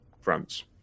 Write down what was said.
France